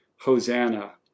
Hosanna